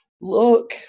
look